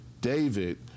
David